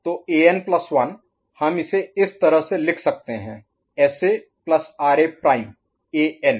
तो An plus 1 An1 हम इसे इस तरह से लिख सकते हैं S A plus R A prime N SARA' An